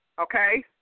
Okay